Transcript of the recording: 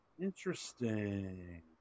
Interesting